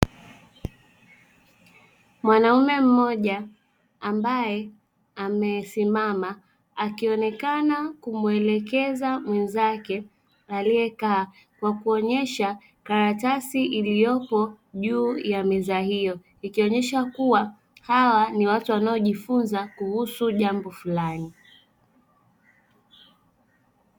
Mwanaume mmoja ambaye amesimama akionekana kumuelekeza mwezake aliyekaa kwa kuonyesha karatasi iliyoko juu ya meza hiyo ikionyesha kuwa hawa ni watu wanaojifunza kuhusu jambo fulani .